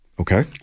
Okay